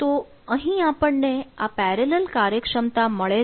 તો અહીં આપણને આ પેરેલલ કાર્યક્ષમતા મળે છે